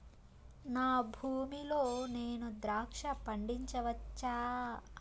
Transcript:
నా భూమి లో నేను ద్రాక్ష పండించవచ్చా?